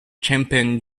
champion